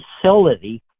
facility